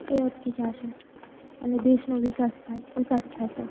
એ અટકી જશે અને દેશનો વિકાસ થશે